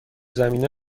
زمینه